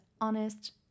honest